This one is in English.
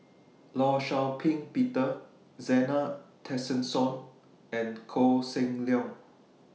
law Shau Ping Peter Zena Tessensohn and Koh Seng Leong